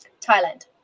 thailand